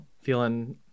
Feeling